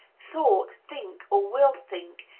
thought, think, or will think,